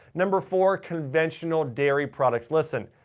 number four, conventional dairy products. listen,